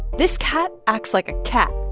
this cat acts like a cat